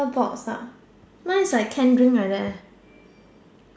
box ah mine is like can drink like that eh